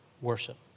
worship